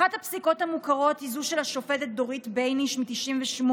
אחת הפסיקות המוכרות היא זו של השופטת דורית בייניש מ-1998